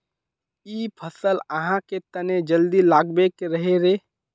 इ फसल आहाँ के तने जल्दी लागबे के रहे रे?